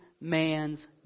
man's